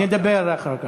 נדבר אחר כך.